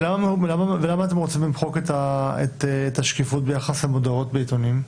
למה אתם רוצים למחוק את השקיפות ביחס למודעות בעיתונים?